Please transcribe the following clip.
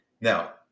Now